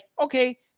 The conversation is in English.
okay